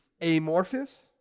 amorphous